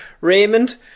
raymond